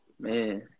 Man